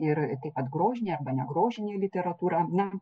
ir taip pat grožinė na grožinė literatūra na